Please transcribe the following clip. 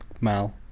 Mal